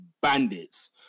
bandits